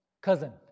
Cousin